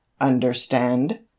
understand